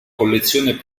collezione